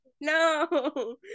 No